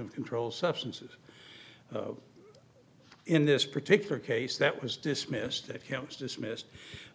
of controlled substances in this particular case that was dismissed that counts dismissed